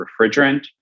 refrigerant